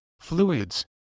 fluids